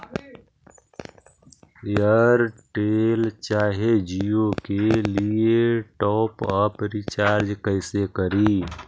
Airtel चाहे जियो के लिए टॉप अप रिचार्ज़ कैसे करी?